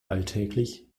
alltäglich